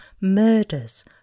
murders